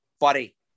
buddy